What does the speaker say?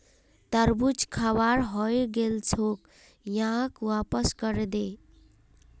तरबूज खराब हइ गेल छोक, यहाक वापस करे दे